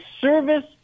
service